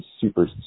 Super